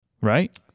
right